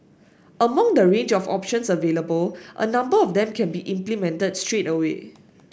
among the range of options available a number of them can be implemented straight away